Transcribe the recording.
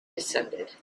descended